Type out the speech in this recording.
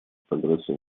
прогресса